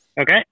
Okay